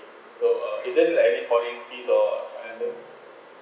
so uh is there any like any calling fees or anything